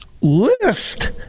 List